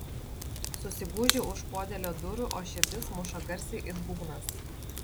susigūžiu už podėlio durų o širdis muša garsiai it būgnas